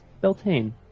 Beltane